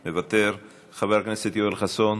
מוותר, חבר הכנסת יואל חסון,